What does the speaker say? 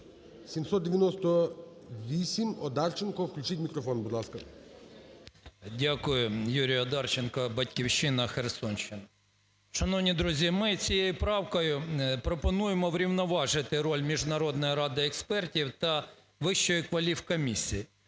798. Одарченко. Включіть мікрофон, будь ласка. 16:11:08 ОДАРЧЕНКО Ю.В. Дякую. Юрій Одарченко, "Батьківщина", Херсонщина. Шановні друзі, ми цією правкою пропонуємо врівноважити роль Міжнародної ради експертів та Вищої кваліфкомісії.